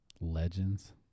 Legends